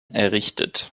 errichtet